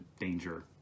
danger